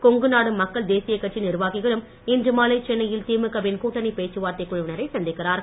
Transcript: கொங்குநாடு மக்கள் தேசிய கட்சி நிர்வாகிகளும் இன்று மாலை சென்னையில் திமுக வின் கூட்டணி பேச்சுவார்த்தை குழுவினரை சந்திக்கிறார்கள்